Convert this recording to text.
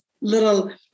little